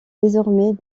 désormais